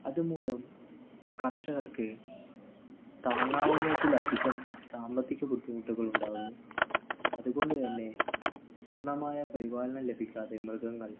അതുമൂലം കർഷകർക്ക് താങ്ങാവുന്നതിലധികം സാമ്പത്തിക ബുദ്ധിമുട്ടുകൾ ഉണ്ടാകുന്നു അതുകൊണ്ട് തന്നെ പൂർണ്ണമായ പരിപാലനം ലഭിക്കാതെ മൃഗങ്ങൾ